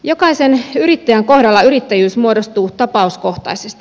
jokaisen yrittäjän kohdalla yrittäjyys muodostuu tapauskohtaisesti